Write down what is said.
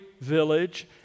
village